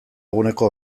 eguneko